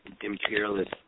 imperialist